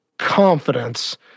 confidence